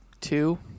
two